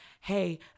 hey